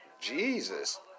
Jesus